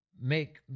Make